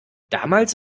damals